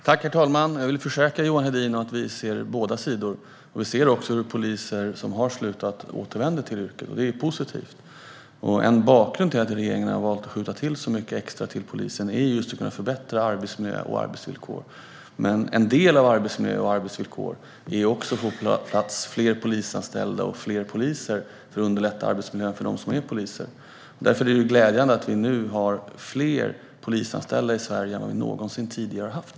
Herr talman! Jag vill försäkra Johan Hedin om att vi ser båda sidor. Vi ser också att poliser som har slutat återvänder till yrket, och det är positivt. En anledning till att regeringen har valt att skjuta till så mycket extra till polisen är just att det ska gå att förbättra arbetsmiljö och arbetsvillkor. En del av arbetsmiljön och arbetsvillkoren handlar dock om att få på plats fler polisanställda och fler poliser, för att underlätta arbetsmiljön för dem som är poliser. Därför är det glädjande att vi nu har fler polisanställda i Sverige än vi någonsin tidigare har haft.